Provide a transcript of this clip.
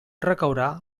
recaurà